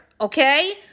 okay